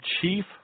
chief